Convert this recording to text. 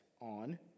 on